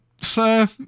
sir